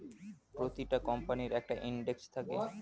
প্রতিটা কোম্পানির একটা ইন্ডেক্স থাকে